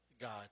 God